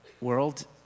world